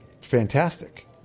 fantastic